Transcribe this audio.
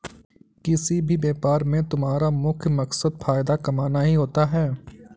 किसी भी व्यापार में तुम्हारा मुख्य मकसद फायदा कमाना ही होता है